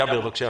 ג'אבר, בבקשה.